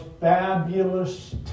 fabulous